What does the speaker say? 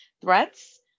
threats